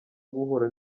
guhura